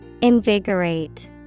Invigorate